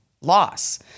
loss